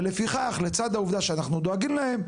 ולפיכך לצד העובדה שאנחנו דואגים להם,